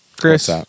Chris